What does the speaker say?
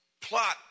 plot